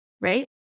right